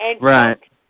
Right